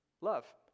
Love